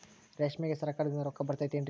ರೇಷ್ಮೆಗೆ ಸರಕಾರದಿಂದ ರೊಕ್ಕ ಬರತೈತೇನ್ರಿ?